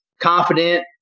confident